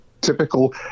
typical